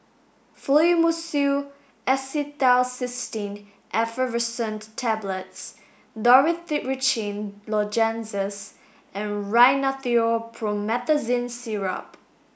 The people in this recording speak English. Fluimucil Acetylcysteine Effervescent Tablets Dorithricin Lozenges and Rhinathiol Promethazine Syrup